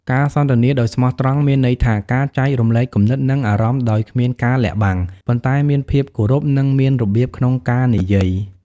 ការសន្ទនាដោយស្មោះត្រង់ មានន័យថា ការចែករំលែកគំនិត និងអារម្មណ៍ដោយគ្មានការលាក់បាំង ប៉ុន្តែមានភាពគោរព និងមានរបៀបក្នុងការនិយាយ។